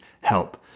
help